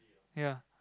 ya